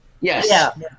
Yes